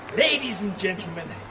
ladies and gentlemen,